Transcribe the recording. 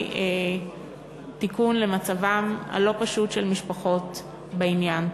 תיקון למצבן הלא-פשוט של משפחות בעניין.